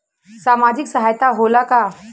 सामाजिक सहायता होला का?